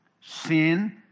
Sin